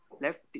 left